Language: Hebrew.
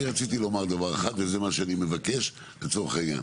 אני רציתי לומר דבר אחד וזה מה שאני מבקש לצורך העניין,